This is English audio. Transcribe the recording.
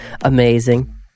Amazing